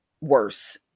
worse